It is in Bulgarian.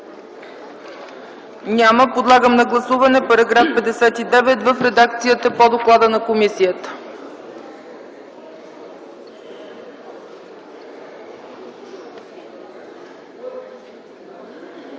Няма. Подлагам на гласуване § 59 в редакцията по доклада на комисията.